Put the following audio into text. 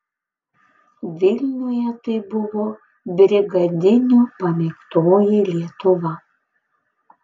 vilniuje tai buvo brigadinių pamėgtoji lietuva